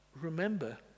remember